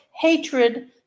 Hatred